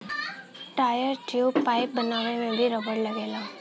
tyre, tube, pipe बनावे में भी रबड़ लगला